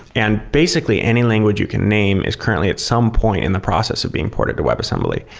and basically, any language you can name is currently at some point in the process of being ported to webassembly.